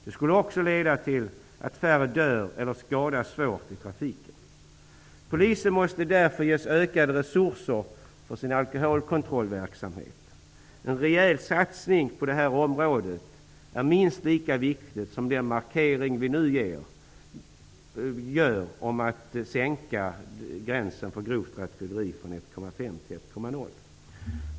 Det skulle också leda till att färre dör eller skadas svårt i trafiken. Polisen måste därför ges ökade resurser för sin alkoholkontrollverksamhet. En rejäl satsning på det här området är minst lika viktig som den markering som vi nu gör när vi sänker gränsen för grovt rattfylleri från 1,5 % 1,0 %.